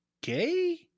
gay